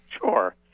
Sure